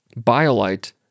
BioLite